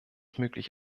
möglich